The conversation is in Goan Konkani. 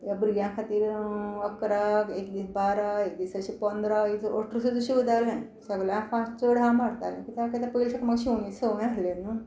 भुरग्यां खातीर हांव इकरा एक दीस बारा एक दीस अशें पंदरा एकदां अठरा सुद्दां शिंवतालें सगल्याक फास्ट चड हांव मारतालें कित्याक किद्या पयलीं साकू म्हाका शिंवणी संवय आसली न्हू